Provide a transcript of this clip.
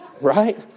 Right